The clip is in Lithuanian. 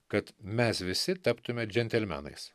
kad mes visi taptume džentelmenais